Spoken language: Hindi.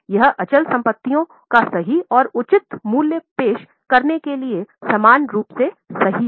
यह अचल संपत्तियों का सही और उचित मूल्य पेश करने के लिए समान रूप से सही है